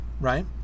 right